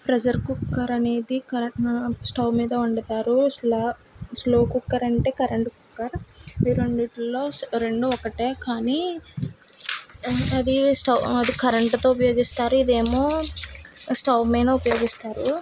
pressure cooker అనేది correct stove మీద వండుతారు స్లో కుక్కర్ అంటే కరెంటు కుక్కర్ ఈ రెండిటిలో రెండు ఒకటే కానీ అది స్టవ్ అది కరెంట్తో ఉపయోగిస్తారు ఇదేమో స్టవ్ మీద ఉపయోగిస్తారు